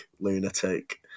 lunatic